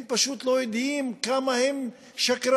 הם פשוט לא יודעים כמה הם שקרנים,